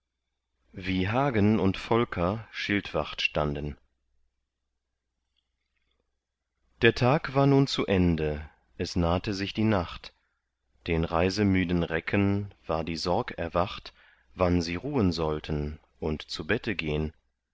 wie hagen und volker schildwacht standen der tag war nun zu ende es nahte sich die nacht den reisemüden recken war die sorg erwacht wann sie ruhen sollten und zu bette gehn